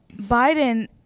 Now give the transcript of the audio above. Biden